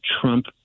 Trump